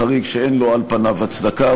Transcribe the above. חריג שאין לו על פניו הצדקה,